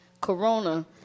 corona